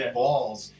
balls